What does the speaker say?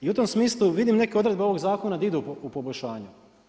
I u tom smislu vidim neke odredbe ovog zakona di idu u poboljšanje.